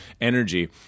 energy